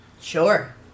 Sure